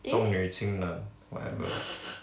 重女轻男 whatever